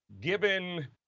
given